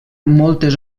moltes